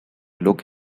look